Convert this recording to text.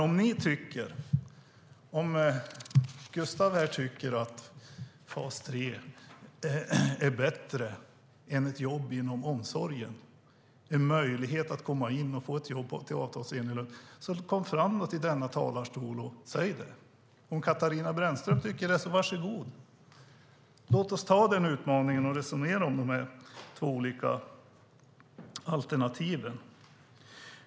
Om Gustav Nilsson tycker att fas 3 är bättre än ett jobb inom omsorgen, ett jobb med möjlighet till avtalsenlig lön, kom då fram till talarstolen och säg det. Om Katarina Brännström tycker det så varsågod, säg det. Låt oss ta den utmaningen och resonera om de två olika alternativen.